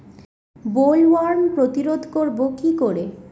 Bollworm প্রতিরোধ করব কি করে?